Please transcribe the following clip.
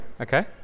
Okay